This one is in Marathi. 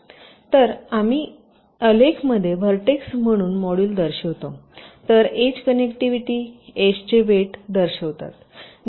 तरआम्ही आलेख मध्ये व्हर्टेक्स म्हणून मॉड्यूल दर्शवितो तर एज कनेक्टिव्हिटी एजचे वेट दर्शवतात